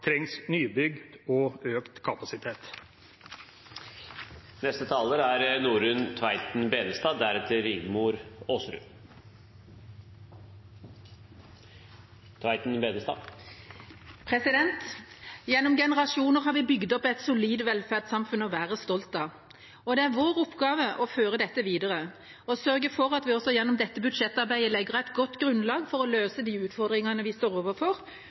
trengs nybygg og økt kapasitet. Gjennom generasjoner har vi bygd opp et solid velferdssamfunn å være stolt av. Det er vår oppgave å føre dette videre og sørge for at vi også gjennom dette budsjettarbeidet legger et godt grunnlag for å løse de utfordringene vi står overfor,